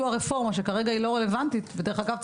הרפורמה שכרגע היא לא רלוונטית ודרך אגב,